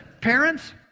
parents